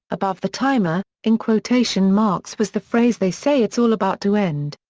above the timer, in quotation marks was the phrase they say it's all about to end.